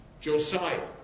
josiah